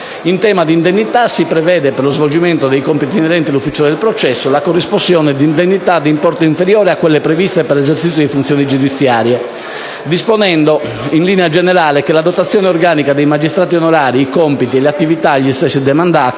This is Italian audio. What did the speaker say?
In tema di indennità si prevede, per lo svolgimento dei compiti inerenti l'ufficio del processo, la corresponsione ai magistrati onorari di indennità di importo inferiore rispetto a quelle previste per l'esercizio di funzioni giudiziarie, disponendosi poi, in linea generale, che la dotazione organica dei magistrati onorari, i compiti e le attività agli stessi demandati,